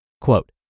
Quote